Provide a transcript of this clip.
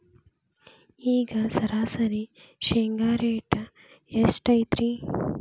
ಈಗ ಸರಾಸರಿ ಶೇಂಗಾ ರೇಟ್ ಎಷ್ಟು ಐತ್ರಿ?